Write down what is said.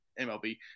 MLB